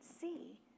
see